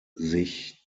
sich